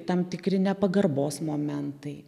tam tikri nepagarbos momentai